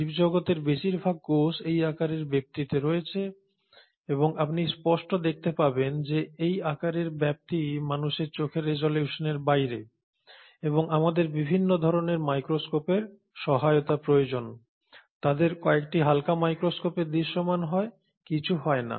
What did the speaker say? জীবজগতের বেশিরভাগ কোষ এই আকারের ব্যাপ্তিতে রয়েছে এবং আপনি স্পষ্টত দেখতে পাচ্ছেন যে এই আকারের ব্যাপ্তি মানুষের চোখের রেজোলিউশনের বাইরে এবং আমাদের বিভিন্ন ধরণের মাইক্রোস্কোপের সহায়তা প্রয়োজন তাদের কয়েকটি হালকা মাইক্রোস্কোপে দৃশ্যমান হয় কিছু হয় না